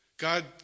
God